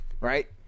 right